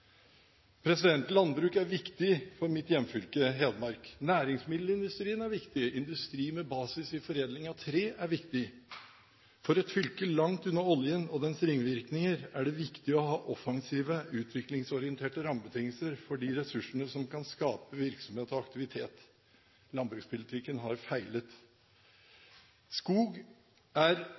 Landbruk er viktig for mitt hjemfylke Hedmark. Næringsmiddelindustri er viktig. Industri med basis i foredling av tre er viktig. For et fylke langt unna oljen og dens ringvirkninger er det viktig å ha offensive, utviklingsorienterte rammebetingelser for de ressursene som kan skape virksomhet og aktivitet. Landbrukspolitikken har feilet. Skogbruket er